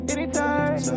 Anytime